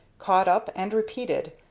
caught up and repeated,